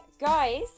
guys